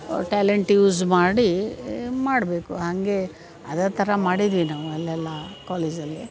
talent use ಮಾಡಿ ಮಾಡಬೇಕು ಹಾಗೆ ಅದೇ ಥರ ಮಾಡಿದ್ವಿ ನಾವು ಅಲ್ಲೆಲ್ಲ ಕಾಲೇಜಲ್ಲಿ